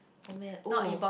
oh man oh